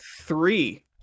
three